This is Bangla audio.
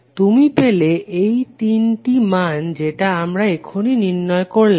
তুমি পেলে এই তিনটি মান যেটা আমরা এখুনি নির্ণয় করলাম